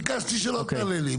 ביקשתי שלא תענה לי.